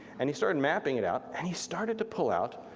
and he started mapping it out and he started to pull out